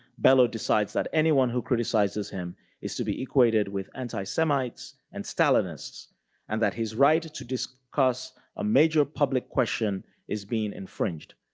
bellow decides that anyone who criticizes him is to be equated with anti-semites and stalinists stalinists and that his right to discuss a major public question is being infringed.